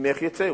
ממך יצאו.